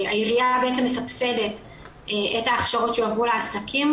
העירייה מסבסדת את ההכשרות שיועברו לעסקים